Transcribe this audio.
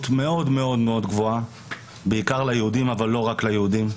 מאוד גבוהה בעיקר ליהודים אבל לא רק ליהודים.